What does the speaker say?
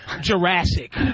Jurassic